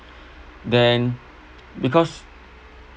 then because